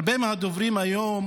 הרבה מהדוברים היום